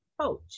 coach